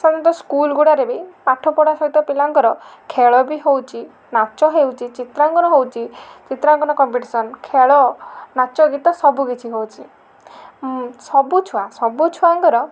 ସେମିତି ସ୍କୁଲ ଗୁଡ଼ାରେ ବି ପାଠ ପଢ଼ା ସହିତ ପିଲାଙ୍କର ଖେଳ ବି ହେଉଛି ନାଚ ହେଉଛି ଚିତ୍ରାଙ୍କନ ହଉଛି ଚିତ୍ରାଙ୍କନ କମ୍ପିଟିସନ୍ ଖେଳ ନାଚ ଗୀତ ସବୁ କିଛି ହଉଛି ସବୁ ଛୁଆ ସବୁ ଛୁଆଙ୍କର